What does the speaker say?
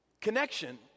connection